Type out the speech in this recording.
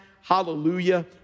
hallelujah